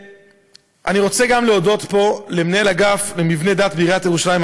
ואני רוצה להודות פה גם למנהל האגף למבני דת בעיריית ירושלים,